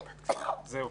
זהו.